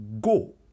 go